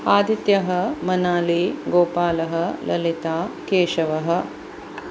आदित्यः मनाली गोपालः ललिता केशवः